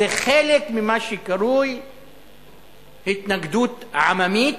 זה חלק ממה שקרוי "התנגדות עממית",